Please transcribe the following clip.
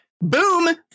Boom